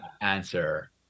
answer